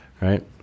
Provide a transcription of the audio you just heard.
right